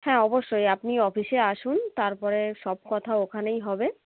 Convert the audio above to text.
হ্যাঁ অবশ্যই আপনি অফিসে আসুন তারপরে সব কথা ওখানেই হবে